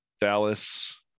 dallas